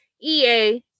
ea